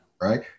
right